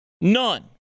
none